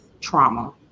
trauma